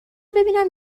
ببینم